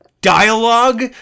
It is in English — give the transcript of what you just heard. dialogue